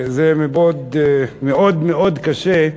זה מאוד מאוד קשה.